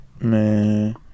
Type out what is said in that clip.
Man